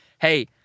hey